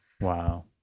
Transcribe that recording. Wow